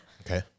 Okay